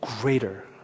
greater